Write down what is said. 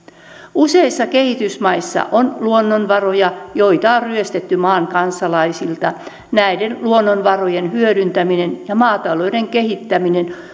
useissa kehitysmaissa on luonnonvaroja joita on ryöstetty maan kansalaisilta näiden luonnonvarojen hyödyntäminen ja maatalouden kehittäminen